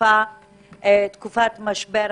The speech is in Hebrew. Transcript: תקופת משבר הקורונה.